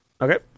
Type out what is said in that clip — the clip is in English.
Okay